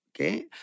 Okay